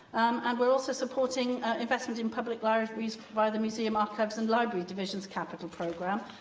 and we're also supporting investment in public libraries via the museums, archives and libraries division's capital programme.